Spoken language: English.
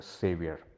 savior